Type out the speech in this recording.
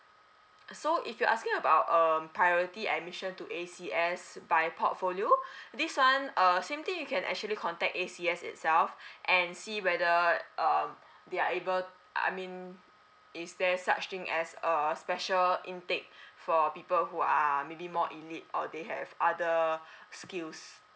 so if you're asking about um priority admission to A C S by portfolio this one err same thing you can actually contact A C S itself and see whether uh they are able I mean is there such thing as a special intake for people who are maybe more elite or they have other skills